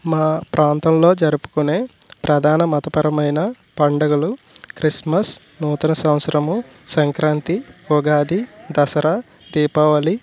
మా ప్రాంతంలో జరుపుకునే ప్రధాన మతపరమైన పండుగలు క్రిస్మస్ నూతన సంవత్సరము సంక్రాంతి ఉగాది దసరా దీపావళి